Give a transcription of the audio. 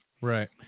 Right